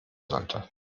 sollte